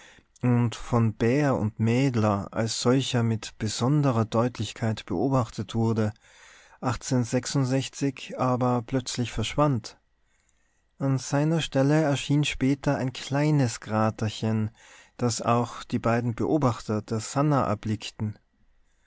und von beer und mädler als solcher mit besonderer deutlichkeit beobachtet wurde aber plötzlich verschwand an seiner stelle erschien später ein kleines kraterchen das auch die beiden beobachter der sannah erblickten